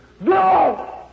No